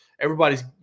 everybody's